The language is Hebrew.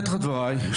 דבריי,